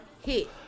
hit